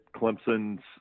Clemson's